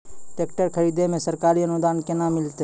Tractor खरीदै मे सरकारी अनुदान केना मिलतै?